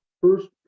first